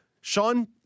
Sean